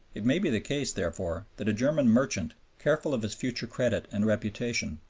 it may be the case, therefore, that a german merchant, careful of his future credit and reputation,